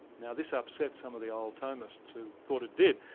now, this upset some of the old thomists who thought it did.